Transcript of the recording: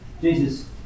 Jesus